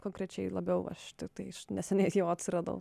konkrečiai labiau aš tiktai iš neseniai jau atsiradau